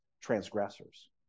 transgressors